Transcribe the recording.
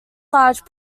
large